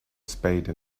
spade